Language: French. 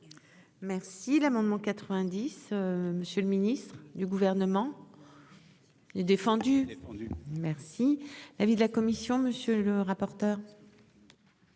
Merci l'amendement 90. Monsieur le Ministre du gouvernement. Est défendu. Merci. L'avis de la commission. Monsieur le rapporteur.